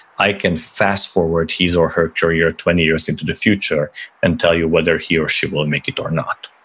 i can fast forward his or her career twenty years into the future and tell you whether he or she will make it or not.